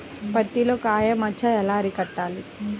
పత్తిలో కాయ మచ్చ ఎలా అరికట్టాలి?